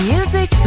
Music